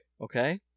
Okay